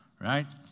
Right